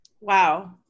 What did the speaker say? Wow